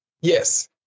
Yes